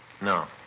No